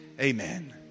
amen